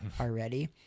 already